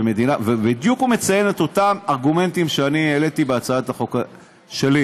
בדיוק הוא מציין את אותם ארגומנטים שאני העליתי בהצעת החוק שלי.